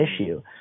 issue